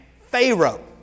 Pharaoh